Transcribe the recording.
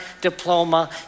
diploma